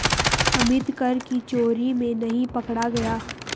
अमित कर की चोरी में नहीं पकड़ा गया